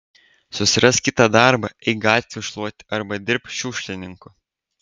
susirask kitą darbą eik gatvių šluoti arba dirbk šiukšlininku